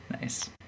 nice